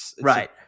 right